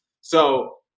So-